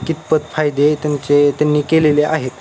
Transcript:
कितपत फायदे त्यांचे त्यांनी केलेले आहेत